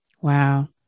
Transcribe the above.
Wow